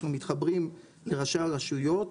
אנחנו מתחברים לראשי הרשויות,